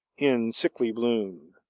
in sickly bloom.